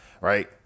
right